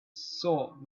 saw